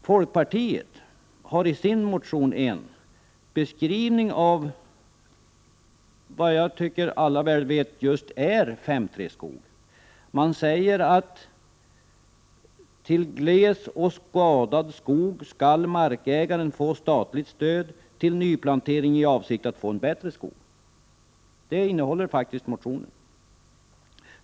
Folkpartiet har i sin motion en beskrivning av vad alla väl anser att en 5:3-skog är. Man säger att markägaren skall få statligt stöd till nyplantering i gles och skadad skog i avsikt att få en bättre skog. Det sägs faktiskt i motionen.